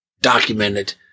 Documented